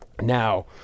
now